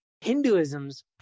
Hinduism's